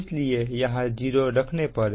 इसलिए यहां 0 रखें